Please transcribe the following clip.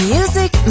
Music